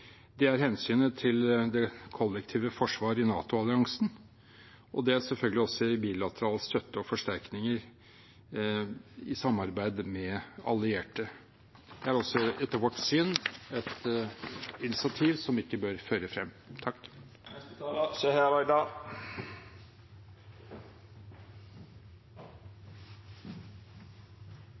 det er hensynet til det kollektive forsvaret i NATO-alliansen, og det er selvfølgelig også å gi bilateral støtte og forsterkninger i samarbeid med allierte. Det er også, etter vårt syn, et initiativ som ikke bør føre frem.